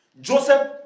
Joseph